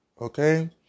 okay